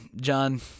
John